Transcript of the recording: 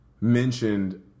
mentioned